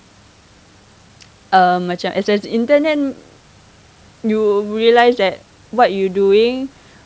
uh macam as a intern you realise that what you doing